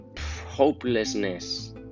hopelessness